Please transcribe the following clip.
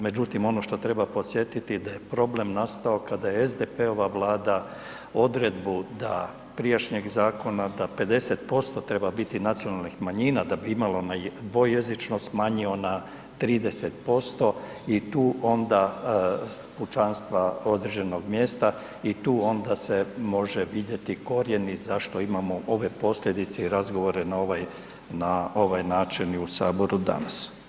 Međutim ono što treba podsjetiti da je problem nastao kada je SDP-ova vlada odredbu prijašnjeg zakona da 50% treba biti nacionalnih manjina da bi imala dvojezičnost smanjio na 30% pučanstva određenog mjesta i tu onda se može vidjeti korijeni zašto imamo ove posljedice i razgovore na ovaj način i u Saboru danas.